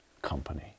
company